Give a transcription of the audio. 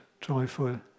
joyful